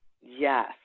Yes